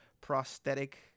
prosthetic